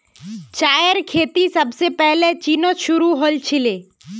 चायेर खेती सबसे पहले चीनत शुरू हल छीले